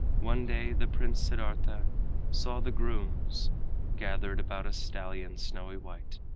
one day the prince siddartha saw the grooms gathered about a stallion, snowy white,